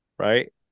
Right